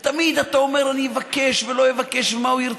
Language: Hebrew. ותמיד אתה אומר: אני אבקש, לא אבקש, ומה הוא ירצה?